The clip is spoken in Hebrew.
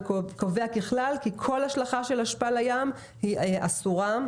וקובע ככלל כי כל השלכה של אשפה לים היא אסורה,